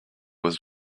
was